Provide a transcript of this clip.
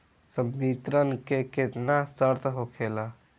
संवितरण के केतना शर्त होखेला?